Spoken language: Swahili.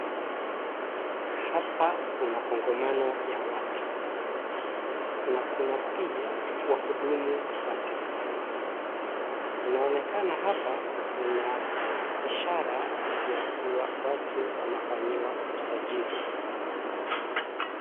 Hapa kuna kongamano ya watu na kuna pia wahudumu wa serikali. Inaonekana hapa kuna ishara ya kuwa watu wanafanyiwa usajili.